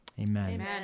Amen